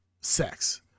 sex